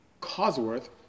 Cosworth